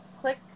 click